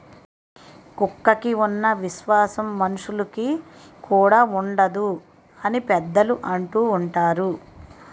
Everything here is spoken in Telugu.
కుక్కకి ఉన్న విశ్వాసం మనుషులుకి కూడా ఉండదు అని పెద్దలు అంటూవుంటారు